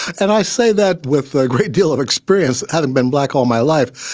and i say that with a great deal of experience haven't been black all my life.